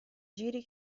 giri